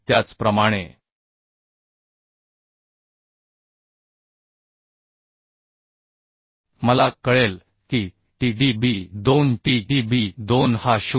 त्याचप्रमाणे मला कळेल की T d b 2 T d b 2 हा 0